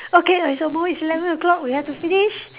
okay lah it's almost it's eleven O-clock we have to finish